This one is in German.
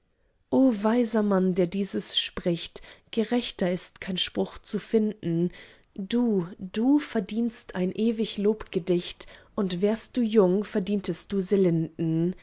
o weiser mann der dieses spricht gerechter ist kein spruch zu finden du du verdienst ein ewig lobgedicht und wärst du jung verdientest du